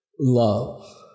love